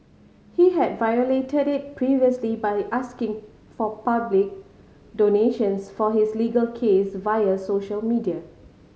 he had violated it previously by asking for public donations for his legal case via social media